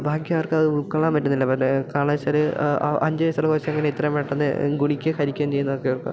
ബാക്കിയാർക്കും അത് ഉൾകൊള്ളാൻ പറ്റുന്നില്ല അവരുടെ കാരണം എന്നു വെച്ചാൽ അഞ്ച് വയസ്സുള്ള കൊച്ചെങ്ങനെ ഇത്രയും പെട്ടന്ന് ഗുണിക്കുകയും ഹരിക്കുകയും ചെയ്യുന്നതൊക്കെ ഓർത്താൽ